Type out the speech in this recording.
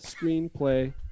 screenplay